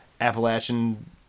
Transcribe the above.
appalachian